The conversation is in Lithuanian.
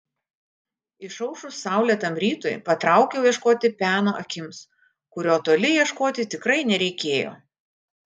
išaušus saulėtam rytui patraukiau ieškoti peno akims kurio toli ieškoti tikrai nereikėjo